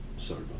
Sorry